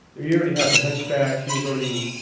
yeah already had the hunchback. he was already,